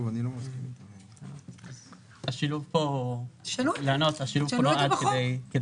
שנו את זה בחוק.